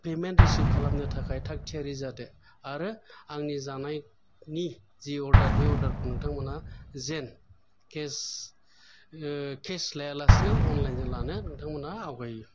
payment receive खालामनो थाखाय थाग थियारि जादो आराे आंनि जानायनि जि अरदार बे अरदार खाै नोंथांमोना जेन केस लाया लासैनो अनलाइन जों लानो नोंथांमोना आवगायो